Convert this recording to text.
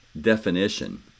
definition